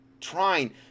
trying